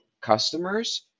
customers